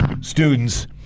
students